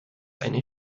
eine